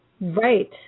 Right